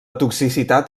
toxicitat